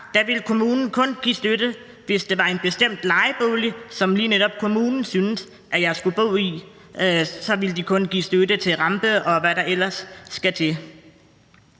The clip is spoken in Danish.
der ville kommunen kun give støtte, hvis det var en bestemt lejebolig, som lige netop kommunen syntes jeg skulle bo i, og de ville kun give støtte til rampe, og hvad der ellers skal til.